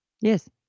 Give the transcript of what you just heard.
Yes